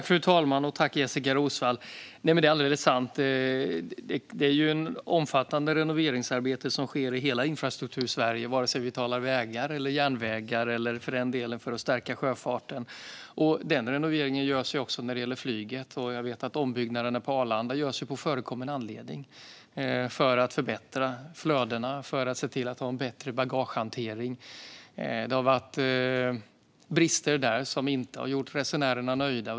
Fru talman! Tack, Jessika Roswall! Det är ett omfattande renoveringsarbete som sker i hela Infrastruktursverige, vare sig vi talar vägar eller järnvägar eller för den delen för att stärka sjöfarten. En renovering görs också när det gäller flyget. Jag vet att ombyggnationerna på Arlanda görs på förekommen anledning, för att förbättra flödena och för att få en bättre bagagehantering. Det har varit brister där som har gjort resenärerna missnöjda.